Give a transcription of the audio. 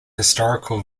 historical